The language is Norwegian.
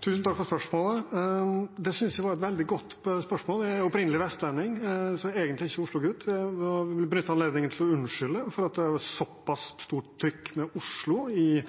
Tusen takk for spørsmålet. Det synes jeg var et veldig godt spørsmål. Jeg er opprinnelig vestlending, jeg er egentlig ikke oslogutt, så jeg vil benytte anledningen til å unnskylde for at det er et såpass stort trykk på Oslo i